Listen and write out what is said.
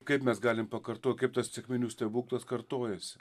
kaip mes galim pakartot kaip tas sekminių stebuklas kartojasi